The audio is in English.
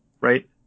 right